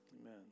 Amen